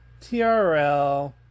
TRL